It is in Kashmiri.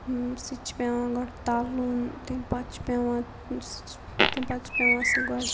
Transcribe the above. سُہ تہِ چھُ پیٚوان گۄڈٕ تَلُن تمہِ پَتہٕ چھُ پیٚوان سُہ تمہِ پَتہٕ چھُ پیٚوان سُہ گۄڈٕ